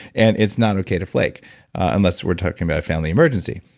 and it's not okay to flake unless we're talking about a family emergency.